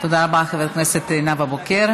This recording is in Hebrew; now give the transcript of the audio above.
תודה רבה לחברת הכנסת נאוה בוקר.